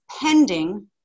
pending